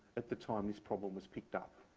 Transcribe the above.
at the time this problem was picked up.